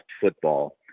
football